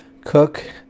Cook